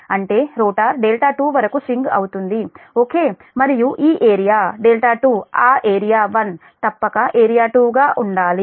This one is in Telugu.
అంటే రోటర్2 వరకు స్వింగ్ అవుతుంది ఓకే మరియు ఈ ఏరియా 2 ఆ ఏరియా 1 తప్పక ఏరియా 2 గా ఉండాలి